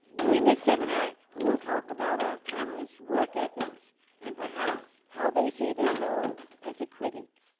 during this seminar, we will talk about our panelists' work ethics, and perhaps, how they see their role as a critic.